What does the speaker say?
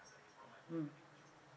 mm